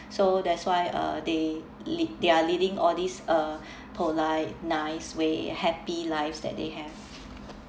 so that's why uh they li~ they are living all these are polite nice way happy lives that they have